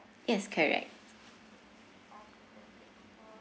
yes correct